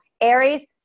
Aries